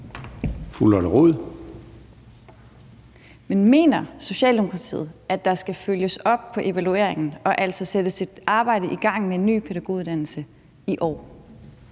Rod (RV): Men mener Socialdemokratiet, at der skal følges op på evalueringen og altså sættes et arbejde i gang med en ny pædagoguddannelse i år?